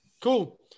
Cool